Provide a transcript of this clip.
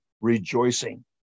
rejoicing